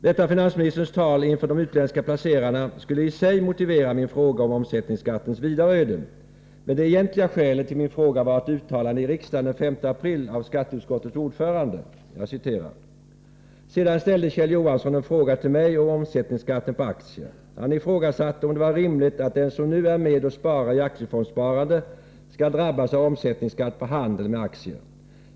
Detta finansministerns tal inför de utländska placerarna skulle i sig motivera min fråga om omsättningsskattens vidare öden, men det egentliga skälet till min fråga var ett uttalande i riksdagen den 5 april av skatteutskottets ordförande: ”Sedan ställde Kjell Johansson en fråga till mig om omsättningsskatten på aktier. Han ifrågasatte om det var rimligt att den som nu är med och sparar i aktiefondssparandet skall drabbas av omsättningsskatt på handeln med aktier.